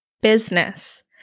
business